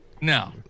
No